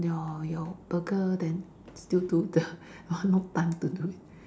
your your burger then still do the got no time to do it